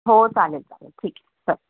हो चालेल चालेल ठीक आहे चल